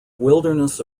wilderness